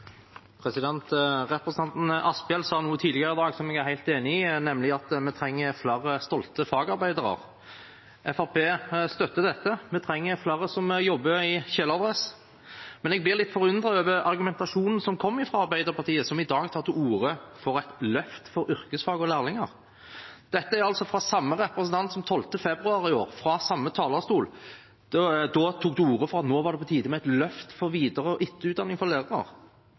enig i, nemlig at vi trenger flere stolte fagarbeidere. Fremskrittspartiet støtter dette. Vi trenger flere som jobber i kjeledress. Men jeg ble litt forundret over argumentasjonen som kom fra Arbeiderpartiet, som i dag tar til orde for et løft for yrkesfag og lærlinger. Dette er altså fra samme representant som 12. februar i år, fra samme talerstol, tok til orde for at det nå var på tide med et løft for videre- og etterutdanning for lærere.